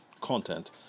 content